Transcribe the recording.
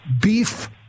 beef